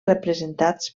representats